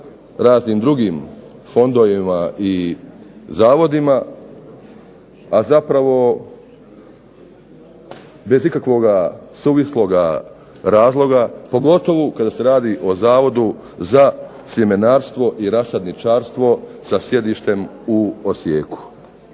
raznim drugim fondovima i zavodima, a zapravo bez ikakvoga suvisloga razloga pogotovo kada se radi o Zavodu za sjemenarstvo i rasadničarstvo sa sjedištem u Osijeku.